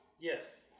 Yes